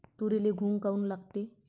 तुरीले घुंग काऊन लागते?